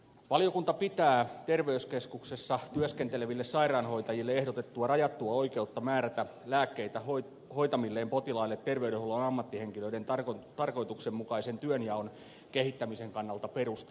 valiokunta pitää terveyskeskuksessa työskenteleville sairaanhoitajille ehdotettua rajattua oikeutta määrätä lääkkeitä hoitamilleen potilaille terveydenhuollon ammattihenkilöiden tarkoituksenmukaisen työnjaon kehittämisen kannalta perusteltuna